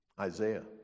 Isaiah